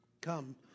Come